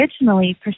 originally